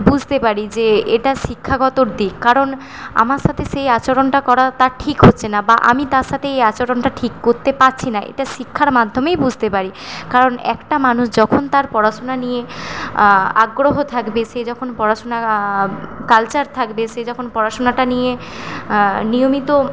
বুঝতে পারি যে এটা শিক্ষাগতর দিক কারণ আমার সাথে সেই আচরণটা করা তার ঠিক হচ্ছে না বা আমি তার সাথে এই আচরণটা ঠিক করতে পাচ্ছি না এটা শিক্ষার মাধ্যমেই বুঝতে পারি কারণ একটা মানুষ যখন তার পড়াশুনা নিয়ে আগ্রহ থাকবে সে যখন পড়াশুনার কালচার থাকবে সে যখন পড়াশুনাটা নিয়ে নিয়মিত